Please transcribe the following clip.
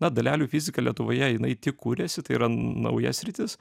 na dalelių fizika lietuvoje jinai tik kuriasi tai yra nauja sritis